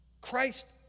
Christ